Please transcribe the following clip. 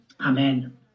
Amen